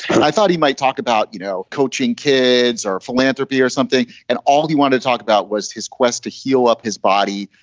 and i thought he might talk about, you know, coaching kids or philanthropy or something. and all he wanted talked about was his quest to heal up his body.